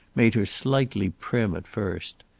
made her slightly prim at first.